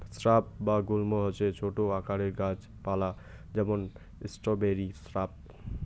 shrub বা গুল্ম হসে ছোট আকারের গাছ পালা যেমন স্ট্রবেরি স্রাব